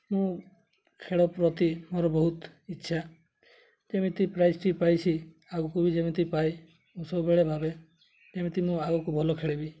ମୁଁ ଖେଳ ପ୍ରତି ମୋର ବହୁତ ଇଚ୍ଛା ଯେମିତି ପ୍ରାଇଜ୍ଟି ପାଇଛି ଆଗକୁ ବି ଯେମିତି ପାଏ ମୁଁ ସବୁବେଳେ ଭାବେ ଯେମିତି ମୁଁ ଆଗକୁ ଭଲ ଖେଳିବି